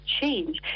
change